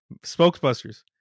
spokesbusters